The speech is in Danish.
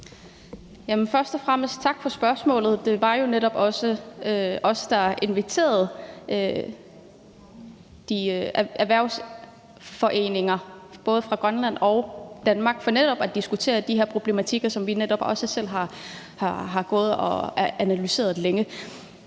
tak for spørgsmålet. Det var jo netop også os, der inviterede de erhvervsforeninger fra både Grønland og Danmark for netop at diskutere de er problematikker, som vi netop også selv har gået og analyseret længe.